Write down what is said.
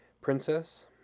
Princess